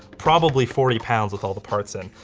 probably forty pounds with all the parts in,